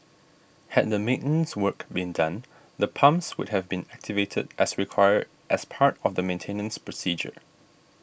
had the maintenance work been done the pumps would have been activated as required as part of the maintenance procedure